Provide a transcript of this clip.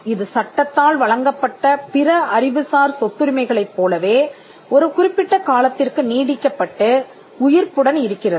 இது சட்டத்தால் வழங்கப்பட்ட பிற அறிவுசார் சொத்துரிமை களைப் போலவே ஒரு குறிப்பிட்ட காலத்திற்கு நீடிக்கப்பட்டு உயிர்ப்புடன் இருக்கிறது